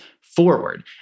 forward